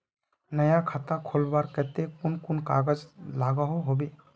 नया खाता खोलवार केते कुन कुन कागज लागोहो होबे?